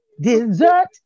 desert